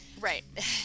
right